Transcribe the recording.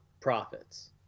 profits